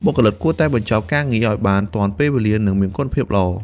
បុគ្គលិកគួរតែបញ្ចប់កិច្ចការងារឲ្យបានទាន់ពេលវេលា និងមានគុណភាពល្អ។